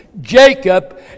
Jacob